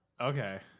Okay